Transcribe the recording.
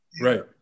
Right